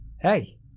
Hey